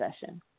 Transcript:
session